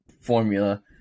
formula